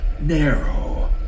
narrow